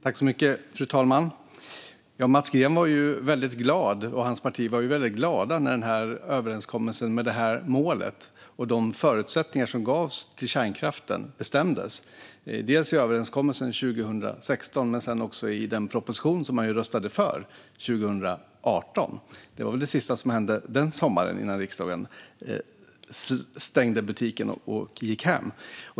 Fru talman! Mats Green och hans parti var ju väldigt glada när överenskommelsen med det här målet och de förutsättningar som gavs till kärnkraften bestämdes, först i överenskommelsen 2016 och sedan också i den proposition som de röstade för 2018. Det var väl det sista som hände den sommaren, innan riksdagen stängde butiken och gick hem.